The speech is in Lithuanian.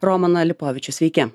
romaną lipovičių sveiki